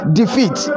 defeat